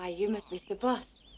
ah you must be sir boss.